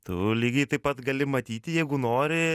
tu lygiai taip pat gali matyti jeigu nori